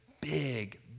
big